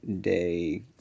day